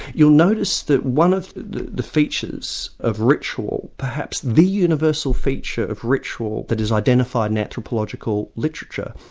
you'll notice that one of the features of ritual, perhaps the universal feature of ritual that is identified in anthropological literature,